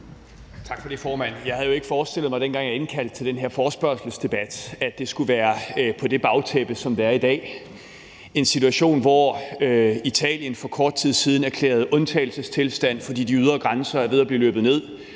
Tak for det, formand. Jeg havde jo ikke forestillet mig, dengang jeg indkaldte til den her forespørgselsdebat, at det skulle være på det bagtæppe, som det er i dag: en situation, hvor Italien for kort tid siden erklærede undtagelsestilstand, fordi de ydre grænser er ved at blive løbet ned,